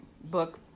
book